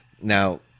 Now